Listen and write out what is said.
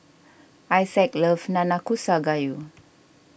Isaac loves Nanakusa Gayu